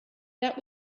that